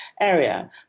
area